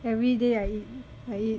every day I eat I eat